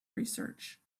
research